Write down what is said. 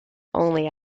only